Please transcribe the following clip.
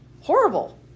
horrible